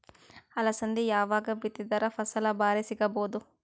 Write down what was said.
ಅಲಸಂದಿ ಯಾವಾಗ ಬಿತ್ತಿದರ ಫಸಲ ಭಾರಿ ಸಿಗಭೂದು?